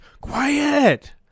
quiet